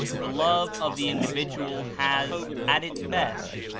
the love of the individual has, at its best,